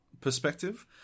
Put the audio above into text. perspective